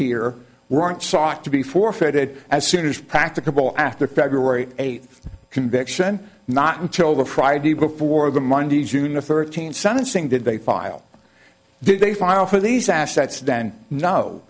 to be forfeited as soon as practicable after february eighth conviction not until the friday before the monday june the thirteenth sentencing did they file did they file for these assets then no